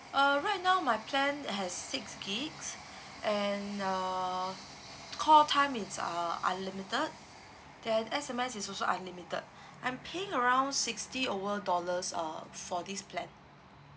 uh right now my plan has six gigs and uh call time is uh unlimited then S_M_S is also unlimited I'm paying around sixty over dollars uh for this plan